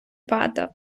падав